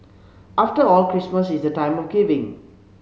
after all Christmas is the time of giving